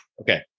okay